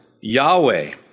Yahweh